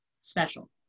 special